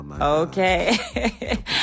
Okay